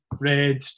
red